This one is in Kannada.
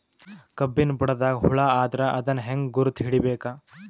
ಕಬ್ಬಿನ್ ಬುಡದಾಗ ಹುಳ ಆದರ ಅದನ್ ಹೆಂಗ್ ಗುರುತ ಹಿಡಿಬೇಕ?